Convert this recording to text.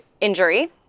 injury